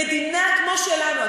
מדינה כמו שלנו.